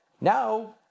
Now